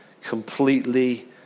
completely